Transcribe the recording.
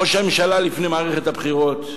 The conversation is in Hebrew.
ראש הממשלה, לפני מערכת הבחירות,